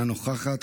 אינה נוכחת,